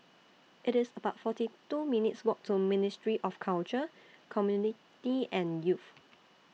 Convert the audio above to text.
It's about forty two minutes' Walk to Ministry of Culture Community and Youth